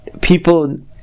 people